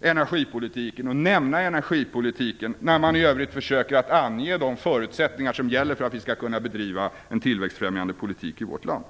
eller nämna energipolitiken när man i övrigt försöker att ange de förutsättningar som gäller för att vi skall kunna bedriva en tillväxtfrämjande politik i vårt land.